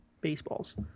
baseballs